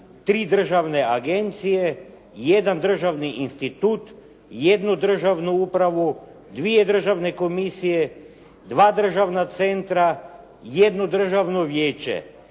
3 državne agencije, jedan državni institut, jednu državnu upravu, dvije državne komisije, dva državna centra, jedno državno vijeće